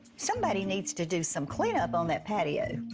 somebody needs to do some cleaning up on that patio!